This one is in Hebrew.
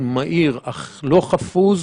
מהיר אך לא חפוז